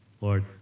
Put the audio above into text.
Lord